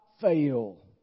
fail